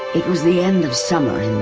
it was the end of summer in